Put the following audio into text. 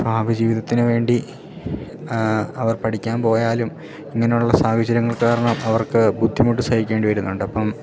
ഭാവി ജീവിതത്തിന് വേണ്ടി അവർ പഠിക്കാൻ പോയാലും ഇങ്ങനെ ഉള്ള സാഹചര്യങ്ങൾ കാരണം അവർക്ക് ബുദ്ധിമുട്ട് സഹിക്കേണ്ടി വരുന്നുണ്ടപ്പം